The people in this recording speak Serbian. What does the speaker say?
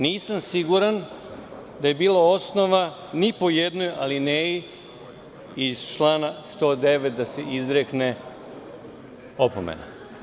Nisam siguran da je bilo osnova ni po jednoj alineji iz člana 109. da se izrekne opomena.